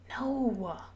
No